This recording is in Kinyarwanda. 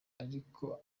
ariko